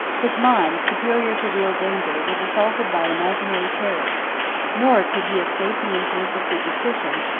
his mind, superior to real danger, was assaulted by imaginary terrors nor could he escape the influence of superstition,